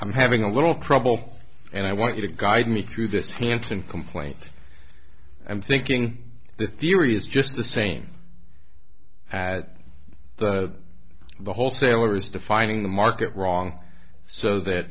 i'm having a little trouble and i want you to guide me through this handsome complaint i'm thinking the theory is just the same as the wholesaler is defining the market wrong so that